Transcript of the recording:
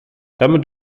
damit